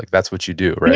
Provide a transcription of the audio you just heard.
that's what you do,